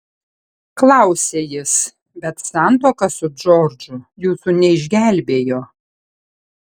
klausia jis bet santuoka su džordžu jūsų neišgelbėjo